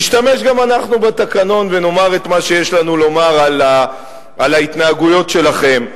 נשתמש גם אנחנו בתקנון ונאמר את מה שיש לנו לומר על ההתנהגויות שלכם.